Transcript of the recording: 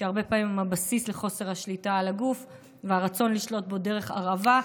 שהרבה פעמים הן הבסיס לחוסר השליטה על הגוף והרצון לשלוט בו דרך הרעבה,